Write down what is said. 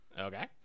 Okay